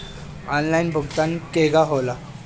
Online भुगतान केगा होला?